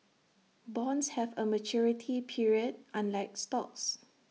bonds have A maturity period unlike stocks